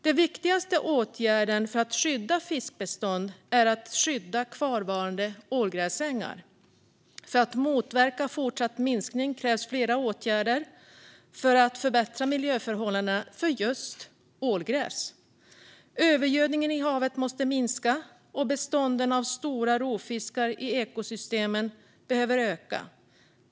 Den viktigaste åtgärden för att skydda fiskbestånd är att skydda kvarvarande ålgräsängar. För att motverka fortsatt minskning krävs flera åtgärder för att förbättra miljöförhållandena för just ålgräs. Övergödningen i havet måste minska, och bestånden av stora rovfiskar i ekosystemen behöver öka.